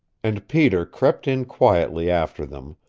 and peter crept in quietly after them,